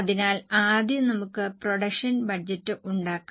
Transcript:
അതിനാൽ ആദ്യം നമുക്ക് പ്രൊഡക്ഷൻ ബജറ്റ് ഉണ്ടാക്കാം